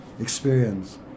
experience